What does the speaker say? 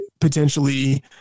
potentially